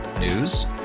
News